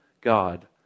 God